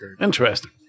Interesting